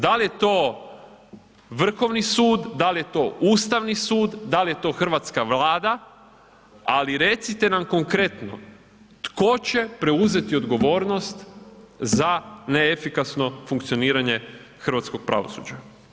Dal je to Vrhovni sud, dal je to Ustavni sud, dal je to hrvatska Vlada, ali recite nam konkretno tko će preuzeti odgovornost za neefikasno funkcioniranje hrvatskog pravosuđa?